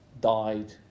died